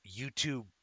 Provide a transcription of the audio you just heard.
YouTube